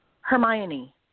Hermione